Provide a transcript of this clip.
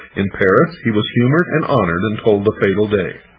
in paris, he was humored and honored until the fatal day.